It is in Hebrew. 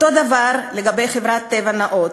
אותו דבר לגבי חברת "טבע נאות".